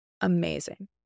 Amazing